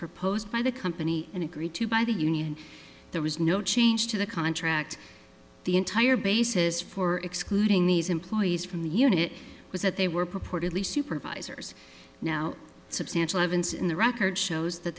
proposed by the company and agreed to by the union there was no change to the contract the entire basis for excluding these employees from the unit was that they were purportedly supervisors now substantial evidence in the record shows that